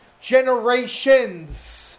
generations